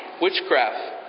witchcraft